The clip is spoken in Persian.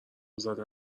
زدن